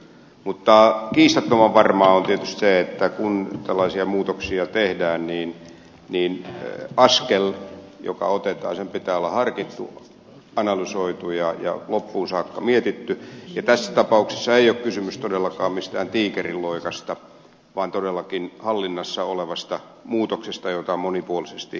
mutta kiistattoman varmaa on tietysti se että kun tällaisia muutoksia tehdään niin askeleen joka otetaan pitää olla harkittu analysoitu ja loppuun saakka mietitty ja tässä tapauksessa ei ole kysymys todellakaan mistään tiikerinloikasta vaan todellakin hallinnassa olevasta muutoksesta jota monipuolisesti on arvioitu